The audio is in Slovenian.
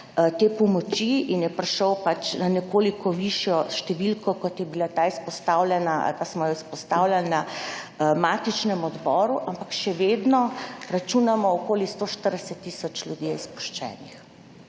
te pomoči, in je prišel pač na nekoliko višjo številko kot je bila ta izpostavljena ali pa smo jo izpostavljali na matičnem odboru, ampak še vedno računamo okoli 140 tisoč ljudi je izpuščenih.